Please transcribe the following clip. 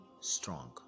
strong